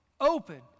open